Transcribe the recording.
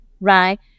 right